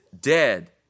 dead